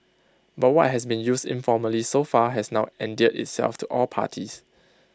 but what has been used informally so far has now endeared itself to all parties